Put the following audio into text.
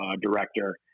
director